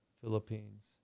Philippines